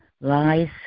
lies